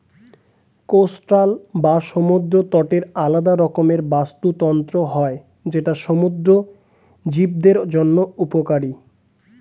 coastal বা সমুদ্র তটের আলাদা রকমের বাস্তুতন্ত্র হয় যেটা সমুদ্র জীবদের জন্য উপকারী